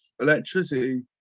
electricity